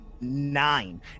nine